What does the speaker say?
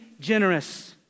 generous